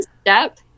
step